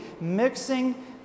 mixing